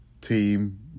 team